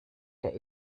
der